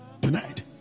tonight